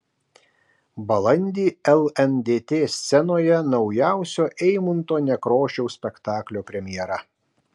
balandį lndt scenoje naujausio eimunto nekrošiaus spektaklio premjera